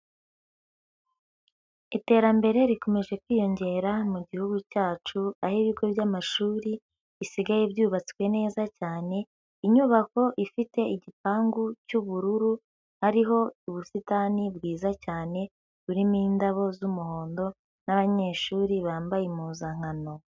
Iterambere rikomeje kwiyongera mu gihugu cyacu, aho ibigo by'amashuri bisigaye byubatswe neza cyane, inyubako ifite igipangu cy'ubururu, hariho ubusitani bwiza cyane, burimo indabo z'umuhondo n'abanyeshuri bambaye impuzankano.